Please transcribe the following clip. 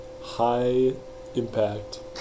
high-impact